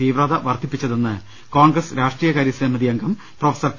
തീവ്രത വർദ്ധിപ്പിച്ചതെന്ന് കോൺഗ്രസ് രാഷ്ട്രീയകാര്യസമിതി അംഗം പ്രൊഫസർ പി